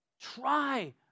try